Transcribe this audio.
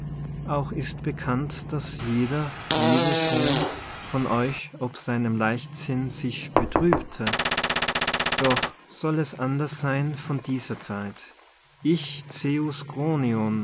auch ist bekannt daß jeder jede schon von euch ob seinem leichtsinn sich betrübte doch soll es anders sein von dieser zeit ich